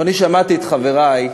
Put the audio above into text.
אני שמעתי את חברי,